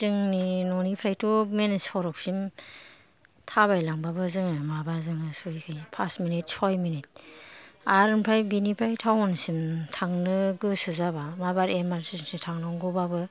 जोंनि न'निफ्रायथ' मेन सरकसिम थाबायलांबाबो जोङो माबाजोंनो सहैखायो फास मिनिट सय मिनिट आरो ओमफ्राय बिनिफ्राय टाउनसिम थांनो गोसो जाबा माबार इमारजिनसि थांनांगौबाबो